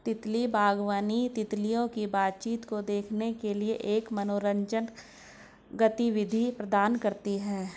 तितली बागवानी, तितलियों की बातचीत को देखने के लिए एक मनोरंजक गतिविधि प्रदान करती है